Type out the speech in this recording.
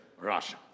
Russia